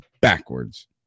backwards